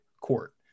court